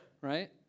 right